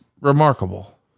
remarkable